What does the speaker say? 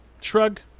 Shrug